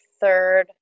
third